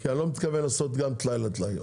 כי אני לא מתכוון לעשות גם טלאי על טלאי.